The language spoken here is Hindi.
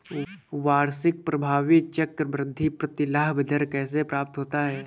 वार्षिक प्रभावी चक्रवृद्धि प्रतिलाभ दर कैसे प्राप्त होता है?